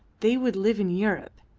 they would live in europe,